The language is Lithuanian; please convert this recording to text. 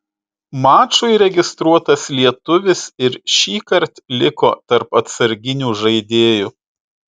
mačui registruotas lietuvis ir šįkart liko tarp atsarginių žaidėjų